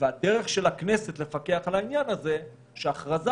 הדרך של הכנסת לפקח על העניין הזה היא שהכרזה